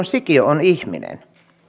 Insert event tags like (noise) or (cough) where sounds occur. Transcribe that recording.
(unintelligible) sikiö on ihminen